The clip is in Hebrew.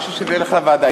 אני חושב שזה ילך לוועדה.